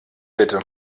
bitte